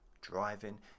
driving